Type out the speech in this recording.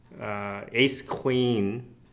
ace-queen